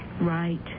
Right